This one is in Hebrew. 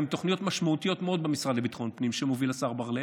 והן תוכניות משמעותיות מאוד במשרד לביטחון פנים שמוביל השר בר לב,